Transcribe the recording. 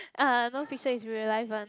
ah non fiction is real life one